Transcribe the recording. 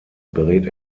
berät